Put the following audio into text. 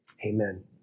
Amen